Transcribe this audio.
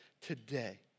today